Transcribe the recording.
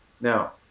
Now